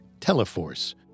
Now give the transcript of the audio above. Teleforce